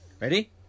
Ready